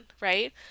right